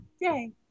Yay